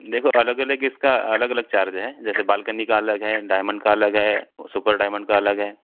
देखो अलग अलग इसका अलग अलग चार्ज है जैसे बाल्कनी का अलग है डायमंड का अलग है ओ सुपर डायमंड का अलग है